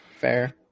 Fair